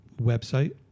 website